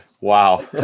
Wow